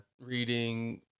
reading